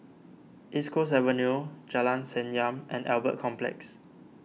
East Coast Avenue Jalan Senyum and Albert Complex